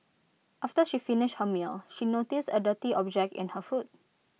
after she finished her meal she noticed A dirty object in her food